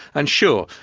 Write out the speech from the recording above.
and sure,